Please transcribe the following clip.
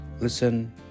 Listen